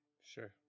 sure